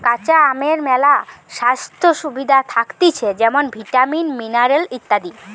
কাঁচা আমের মেলা স্বাস্থ্য সুবিধা থাকতিছে যেমন ভিটামিন, মিনারেল ইত্যাদি